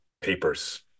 papers